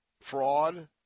fraud